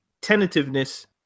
tentativeness